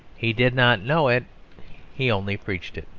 he did not know it he only preached it.